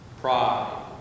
Pride